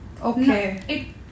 okay